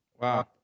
Wow